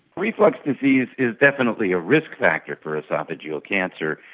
reflux disease is definitely a risk factor for oesophageal cancer,